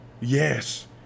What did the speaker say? yes